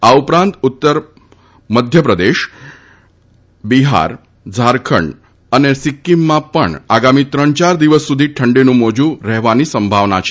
આ ઉપરાંત ઉત્તર મધ્યપ્રદેશ બિહાર ઝારખંડ અને સિક્કીમમાં પણ આગામી ત્રણ યાર દિવસ સુધી ઠંડીનું મોજુ રહેવાની સંભાવના છે